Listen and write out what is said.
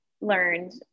learned